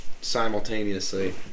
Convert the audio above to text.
simultaneously